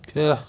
say lah